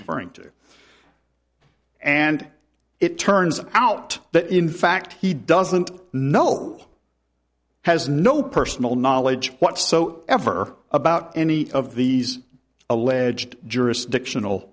referring to and it turns out that in fact he doesn't know has no personal knowledge what so ever about any of these alleged jurisdiction